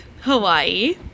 hawaii